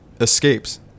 escapes